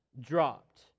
dropped